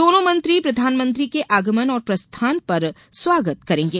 दोनों मंत्री प्रधानमंत्री के आगमन और प्रस्थान पर स्वागत करेंगे